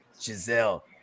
Giselle